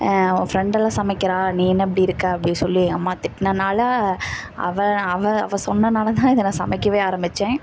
உன் ஃப்ரெண்டெலாம் சமைக்கிறாள் நீ என்ன இப்படி இருக்கற அப்படி சொல்லி எங்கள் அம்மா திட்டுனதால அவள் அவள் அவள் சொன்னதால தான் இதை நான் சமைக்கவே ஆரம்பித்தேன்